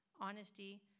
honesty